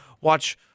watch